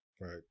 Right